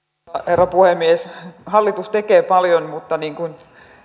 herra puhemies hallitus tekee paljon mutta niin kuin